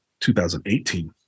2018